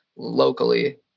locally